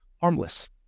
harmless